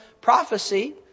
prophecy